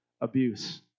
abuse